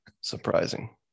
surprising